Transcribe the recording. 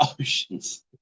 oceans